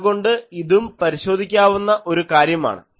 അതുകൊണ്ട് ഇതും പരിശോധിക്കാവുന്ന ഒരു കാര്യമാണ്